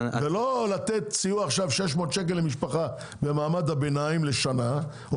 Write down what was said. לא לתת לעכשיו סיוע כספי בסך 600 שקלים למשפחה במעמד הביניים לשנה או